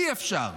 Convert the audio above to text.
אי-אפשר.